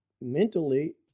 mentally